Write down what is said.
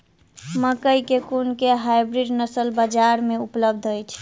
मकई केँ कुन केँ हाइब्रिड नस्ल बजार मे उपलब्ध अछि?